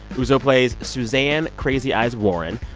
uzo plays suzanne crazy eyes warren,